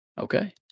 Okay